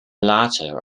latter